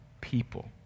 people